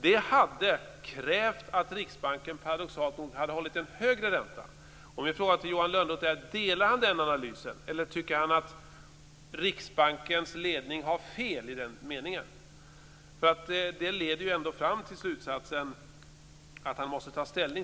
Det hade då krävt att Riksbanken paradoxalt nog hade hållit en högre ränta. Min fråga till Johan Lönnroth är: Delar han den analysen? Eller tycker han att Riksbankens ledning har fel? Det leder ändå fram till slutsatsen att han måste ta ställning.